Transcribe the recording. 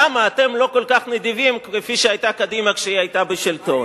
למה אתם לא כל כך נדיבים כפי שהיתה קדימה כשהיא היתה בשלטון.